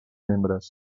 membres